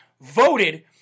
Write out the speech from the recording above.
voted